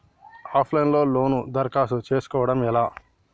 Of line లో loan దరఖాస్తు చేసుకోవడం ఎలా?